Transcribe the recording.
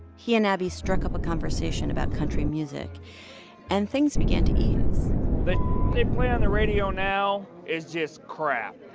he and abby struck up a conversation about country music and things began to ease the but they play on the radio now is just crap.